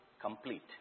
complete